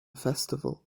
festival